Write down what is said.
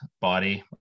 body